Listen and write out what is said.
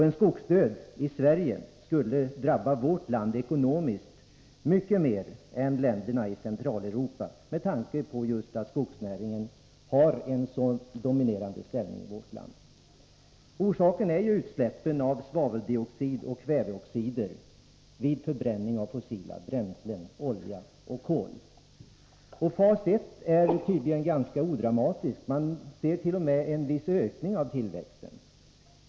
En skogsdöd i Sverige skulle drabba vårt land ekonomiskt mycket mer än 85 skydda skog mot försurning länderna i Centraleuropa, med tanke på att skogsnäringen har en så dominerande ställning i vårt land. Orsaken till skadorna är utsläppen av svaveldioxid och kväveoxider vid förbränning av fossila bränslen, olja och kol. Fas 1 är tydligen ganska odramatisk. Man ser t.o.m. en viss ökning av tillväxten.